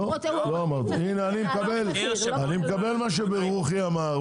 הנה אני מקבל מה שברוכי אמר,